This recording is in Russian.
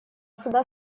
суда